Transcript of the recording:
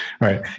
right